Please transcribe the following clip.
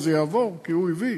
זה יעבור כי הוא הביא?